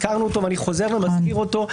ואני חוזר ומזכיר אותו.